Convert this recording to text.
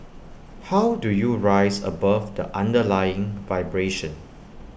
how do you rise above the underlying vibration